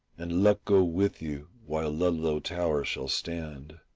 and luck go with you while ludlow tower shall stand.